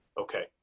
Okay